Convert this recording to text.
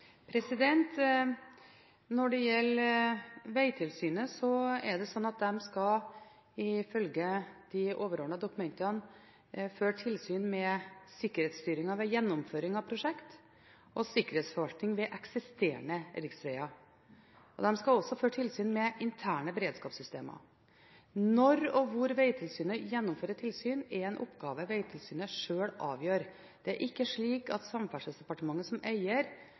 Når det gjelder Vegtilsynet, er det slik at de, ifølge de overordnede dokumentene, skal føre tilsyn med sikkerhetsstyringen ved gjennomføring av prosjekter og sikkerhetsforvaltningen ved eksisterende riksveger. De skal også føre tilsyn med interne beredskapssystemer. Når og hvor Vegtilsynet gjennomfører tilsyn, er en oppgave Vegtilsynet sjøl avgjør. Det er ikke slik at Samferdselsdepartementet som eier